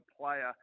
player